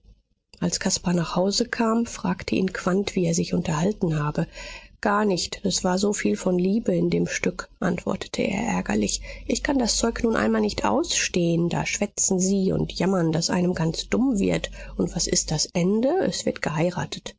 als caspar nach hause kam fragte ihn quandt wie er sich unterhalten habe gar nicht es war soviel von liebe in dem stück antwortete er ärgerlich ich kann das zeug nun einmal nicht ausstehen da schwätzen sie und jammern daß einem ganz dumm wird und was ist das ende es wird geheiratet